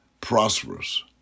prosperous